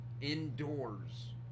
indoors